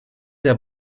der